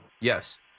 Yes